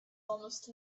almost